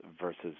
versus